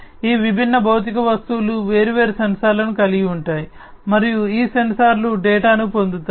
ఈ విభిన్న భౌతిక వస్తువులు వేర్వేరు సెన్సార్లను కలిగి ఉంటాయి మరియు ఈ సెన్సార్లు డేటాను పొందుతాయి